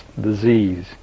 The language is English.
disease